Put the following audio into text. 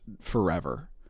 Forever